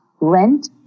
rent